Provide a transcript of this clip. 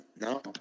No